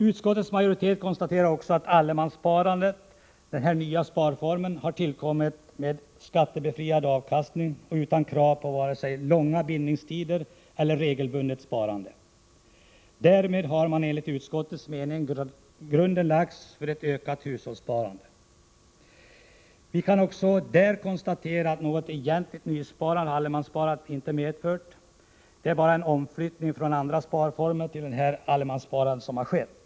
Utskottets majoritet konstaterar också att allemanssparandet, den nya sparformen, har tillkommit med skattebefriad avkastning och utan krav på vare sig långa bindningstider eller regelbundet sparande. Därmed har man enligt utskottets mening lagt grunden för ett ökat hushållssparande. Vi kan också konstatera att allemanssparandet inte har medfört något egentligt nysparande. Det är bara en omflyttning från andra sparformer till allemanssparandet som har skett.